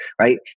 right